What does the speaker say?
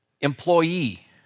employee